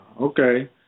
okay